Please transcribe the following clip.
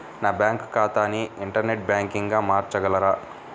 నా బ్యాంక్ ఖాతాని ఇంటర్నెట్ బ్యాంకింగ్గా మార్చగలరా?